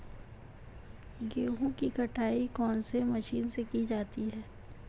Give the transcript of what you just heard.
गेहूँ की कटाई कौनसी मशीन से की जाती है?